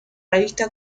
revista